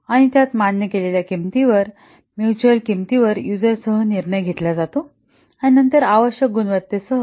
आणि त्यात मान्य केलेल्या किंमतीवर म्युच्युअल किंमतीवर युजरसह निर्णय घेतला जातो आणि नंतर आवश्यक गुणवत्तेसह